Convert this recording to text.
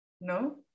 no